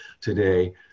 today